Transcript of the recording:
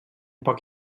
poc